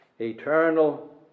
eternal